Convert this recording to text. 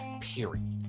Period